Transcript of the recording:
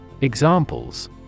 Examples